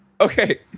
Okay